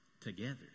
together